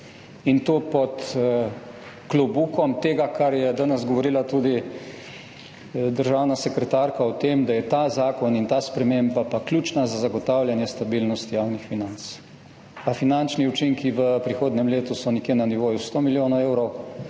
in to pod klobukom tega, kar je danes govorila tudi državna sekretarka, o tem, da sta ta zakon in ta sprememba pa ključna za zagotavljanje stabilnosti javnih financ. A finančni učinki v prihodnjem letu so nekje na nivoju 100 milijonov evrov,